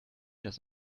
das